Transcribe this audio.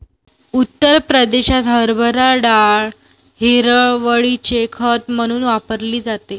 उत्तर प्रदेशात हरभरा डाळ हिरवळीचे खत म्हणून वापरली जाते